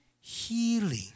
healing